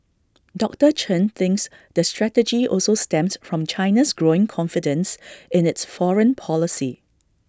doctor Chen thinks the strategy also stems from China's growing confidence in its foreign policy